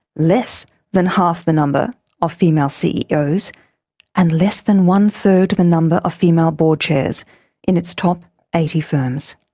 less than half the number of female ceos and less than one third the number of female board chairs in its top eighty firms.